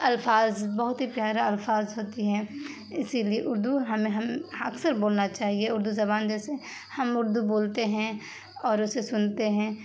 الفاظ بہت ہی پیارا الفاظ ہوتی ہیں اسی لیے اردو ہم ہم اکثر بولنا چاہیے اردو زبان جیسے ہم اردو بولتے ہیں اور اسے سنتے ہیں